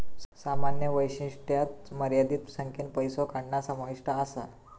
सामान्य वैशिष्ट्यांत मर्यादित संख्येन पैसो काढणा समाविष्ट असा